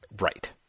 right